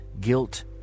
guilt